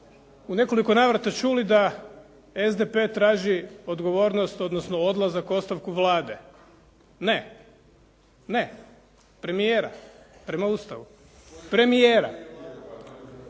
u nekoliko navrata čuli da SDP traži odgovornost, odnosno odlazak, ostavku Vlade. Ne. Premijera prema Ustavu. Premijera.